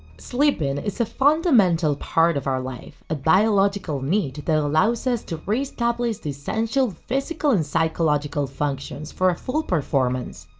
sleeping is a fundamental part of our life, a biological need that allows us to reestablish the esential physical and psychological functions for a full performance.